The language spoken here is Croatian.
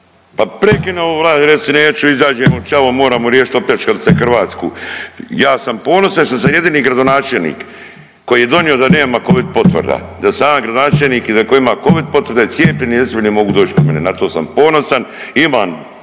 pa prekinimo ovo, reci neću, izađemo, ćao, moramo riješit opljačkali ste Hrvatsku. Ja sam ponosan što sam jedini gradonačelnik koji je donio da nema covid potvrda, da sam ja gradonačelnik i da tko ima covid potvrde, da je cijepljen i recimo ne mogu doći kod mene. Na to sam ponosan. Imam